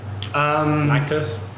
Lactose